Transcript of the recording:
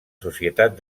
societat